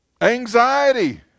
Anxiety